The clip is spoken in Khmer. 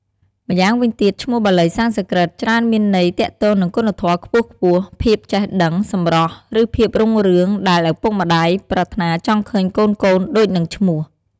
ម្យ៉ាងវិញទៀត ឈ្មោះបាលីសំស្រ្កឹតច្រើនមានន័យទាក់ទងនឹងគុណធម៌ខ្ពស់ៗ ភាពចេះដឹង សម្រស់ ឬភាពរុងរឿង ដែលឪពុកម្ដាយប្រាថ្នាចង់ឃើញកូនៗដូចនឹងឈ្មោះ។